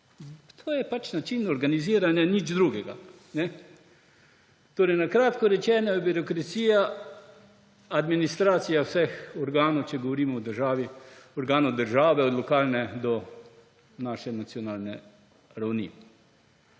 To je pač način organiziranja in nič drugega. Na kratko rečeno je birokracija administracija vseh organov, če govorimo o organu države, od lokalne do nacionalne ravni.